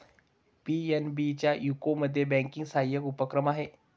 PNB चा यूकेमध्ये banking सहाय्यक उपक्रम आहे